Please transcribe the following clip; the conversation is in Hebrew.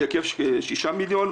בהיקף של 6 מיליון.